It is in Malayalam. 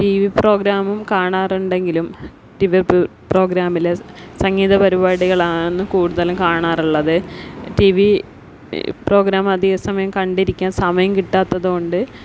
ടി വി പ്രോഗ്രാമും കാണാറുണ്ടെങ്കിലും ടി വി പ്രോഗ്രാമിലെ സംഗീത പരിപാടികളാണ് കൂടുതലും കാണാറുള്ളത് ടി വി പ്രോഗ്രാം അധിക സമയം കണ്ടിരിക്കാൻ സമയം കിട്ടാത്തത് കൊണ്ട്